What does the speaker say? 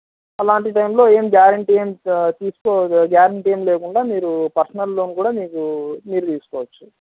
అలాంటి టైంలో ఏం గ్యారంటీ ఏం తీసుకో గ్యారంటీ ఏం లేకుండా మీరు పర్సనల్ లోన్ కూడా మీకు మీరు తీసుకోవచ్చు